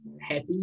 happy